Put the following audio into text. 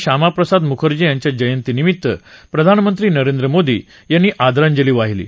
श्यामाप्रसाद मुखर्जी यांच्या जयंती निमित्त प्रधानमंत्री नरेंद्र मोदी यांनी आदरांजली वाहिली आहे